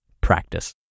practice